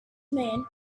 man